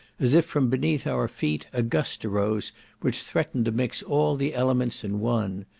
as if from beneath our feet, a gust arose which threatened to mix all the elements in one.